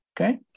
Okay